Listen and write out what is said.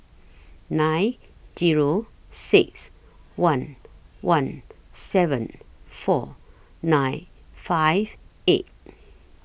nine Zero six one one seven four nine five eight